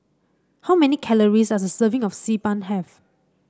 how many calories does a serving of Xi Ban have